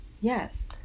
yes